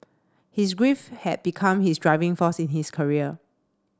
his grief had become his driving force in his career